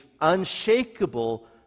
unshakable